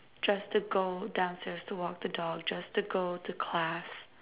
just to go downstairs to walk the dog just to go to class